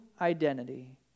identity